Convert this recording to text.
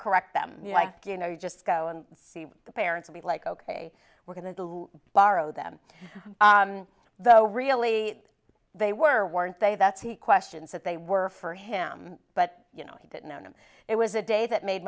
correct them like you know you just go and see the parents be like ok we're going to borrow them though really they were weren't they that's he questions that they were for him but you know he didn't own them it was a day that made